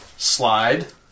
Slide